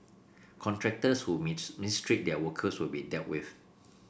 contractors who mistreat their workers will be dealt with